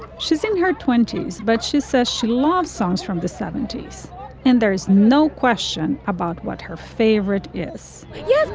she's in her twenty s but she says she loves songs from the seventy s and there's no question about what her favorite. yes yes.